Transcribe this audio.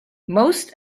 most